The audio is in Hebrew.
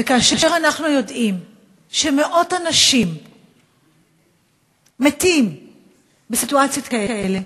וכאשר אנחנו יודעים שמאות אנשים מתים בסיטואציות כאלה,